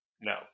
No